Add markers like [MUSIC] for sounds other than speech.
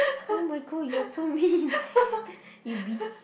oh my god you are so mean [LAUGHS] you bi~